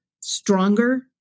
stronger